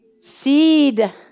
Seed